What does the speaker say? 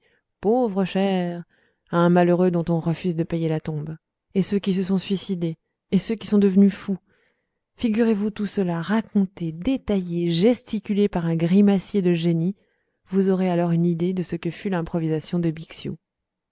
pauvre cher à un malheureux dont on refuse de payer la tombe et ceux qui se sont suicidés et ceux qui sont devenus fous figurez-vous tout cela raconté détaillé gesticulé par un grimacier de génie vous aurez alors une idée de ce que fut l'improvisation de bixiou